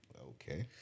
Okay